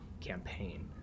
campaign